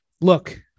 Look